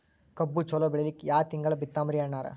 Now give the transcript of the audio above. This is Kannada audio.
ಕಬ್ಬು ಚಲೋ ಬೆಳಿಲಿಕ್ಕಿ ಯಾ ತಿಂಗಳ ಬಿತ್ತಮ್ರೀ ಅಣ್ಣಾರ?